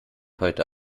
heute